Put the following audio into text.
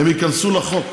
הם ייכנסו לחוק.